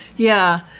yeah.